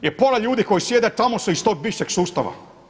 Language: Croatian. Jer pola ljudi koji sjede tamo su iz tog bivšeg sustava.